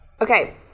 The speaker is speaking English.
Okay